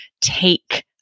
take